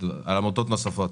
לעניין עמותת אימסח'